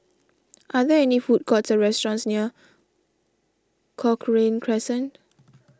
are there any food courts or restaurants near Cochrane Crescent